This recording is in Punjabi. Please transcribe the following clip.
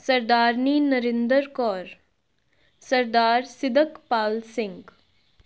ਸਰਦਾਰਨੀ ਨਰਿੰਦਰ ਕੌਰ ਸਰਦਾਰ ਸਿਦਕਪਾਲ ਸਿੰਘ